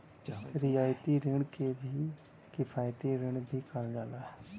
रियायती रिण के किफायती रिण भी कहल जाला